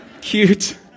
Cute